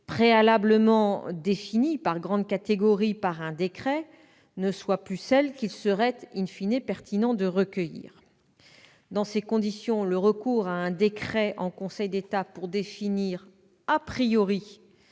préalablement définies par grandes catégories dans un décret ne soient plus celles qu'il serait pertinent de recueillir. Dans ces conditions, le recours à un décret en Conseil d'État pour définir la nature